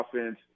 offense